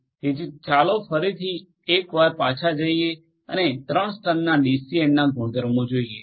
તેથી ચાલો ફરી એક વાર પાછા જઈએ અને ત્રણ સ્તરના ડીસીએનનાં ગુણધર્મો જોઈએ